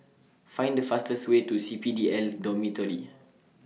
Find The fastest Way to C P D L Dormitory